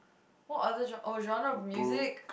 what other genre oh genre of music